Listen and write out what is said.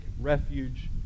refuge